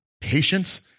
patience